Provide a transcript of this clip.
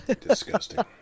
Disgusting